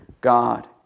God